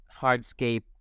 hardscape